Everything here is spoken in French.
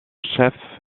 chef